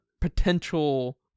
potential